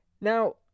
Now